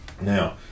now